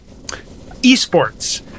esports